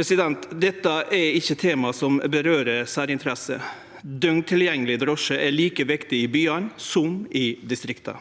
i saka. Dette er ikkje eit tema som vedkjem særinteresser. Døgntilgjengeleg drosje er like viktig i byane som i distrikta.